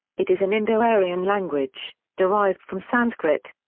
it is an indo-aryan language, derived from sanskrit.